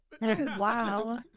Wow